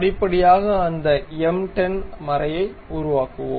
படிப்படியாக அந்த m 10 மறையை உருவாக்குவோம்